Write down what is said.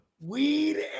weed